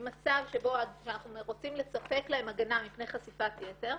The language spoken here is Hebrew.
ממצב שבו אנחנו רוצים לספק להם הגנה מפני חשיפת יתר,